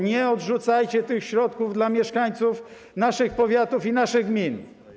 Nie odrzucajcie tych środków dla mieszkańców naszych powiatów i gmin.